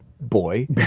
boy